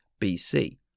BC